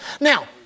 Now